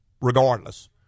regardless